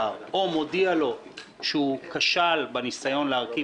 לא מודיע לנשיא המדינה שום דבר או מודיע לו שהוא כשל בניסיון להרכיב